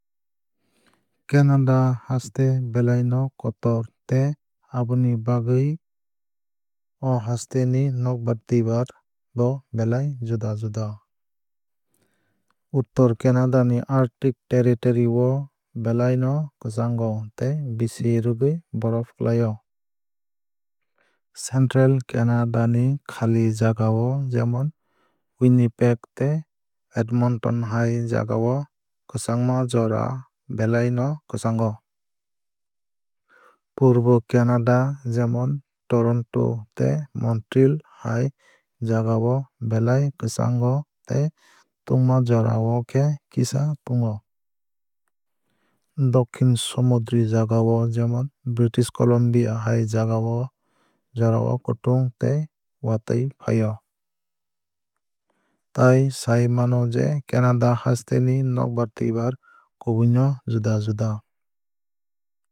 Canada haste belai no kotor tei aboni bagwui o haste ni nokbar twuibar bo belai juda juda. Uttor canada ni arctic territory o belai no kwchango tei bisi rwgwui borof klai o. Central canada ni khali jagao jemon winnipeg tei edmonton hai jagao kwchangma jora belai no kwchango. Purbo canada jemon toronto tei montreal hai jagao belai kwchango tei tungma jora o khe kisa tungo. Dokhin somudri jagao jemon british columbia hai jagao jorao kutung tei watwui fai o. Tai sai mano je canada haste ni nokbar twuibar kubui no juda juda.